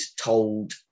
told